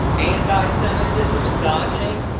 antisemitism. misogyny.